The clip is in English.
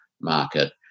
market